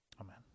Amen